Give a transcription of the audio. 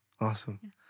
Awesome